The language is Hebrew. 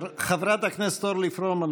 חברת הכנסת אורלי פרומן,